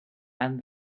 and